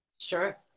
sure